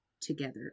together